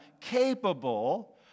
capable